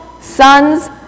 sons